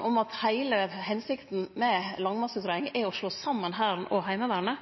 om at heile hensikta med landmaktutgreiinga er å slå saman Hæren og Heimevernet?